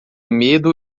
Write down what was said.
medo